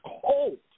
cold